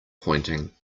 pointing